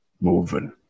moving